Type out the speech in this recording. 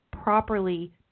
properly